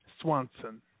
Swanson